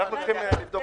יוגב,